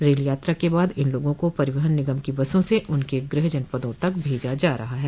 rail यात्रा के बाद इन लोगों को परिवहन निगम की बसों से उनके गृह जनपदों तक भेजा हा रहा है